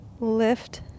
lift